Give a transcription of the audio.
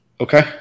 Okay